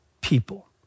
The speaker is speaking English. people